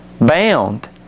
bound